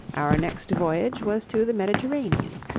our next voyage was to the mediterranean.